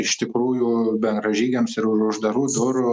iš tikrųjų bendražygiams ir už uždarų durų